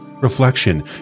reflection